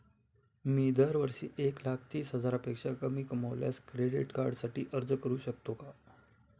मी दरवर्षी एक लाख तीस हजारापेक्षा कमी कमावल्यास क्रेडिट कार्डसाठी अर्ज करू शकतो का?